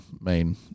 main